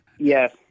Yes